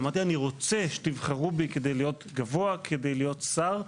אמרתי שאני רוצה שתבחרו בי גבוה בדירוג כדי להיות שר,